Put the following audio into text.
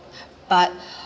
but